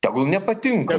tegul nepatinka